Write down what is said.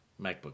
MacBook